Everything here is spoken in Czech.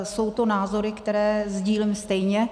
Jsou to názory, které sdílím stejně.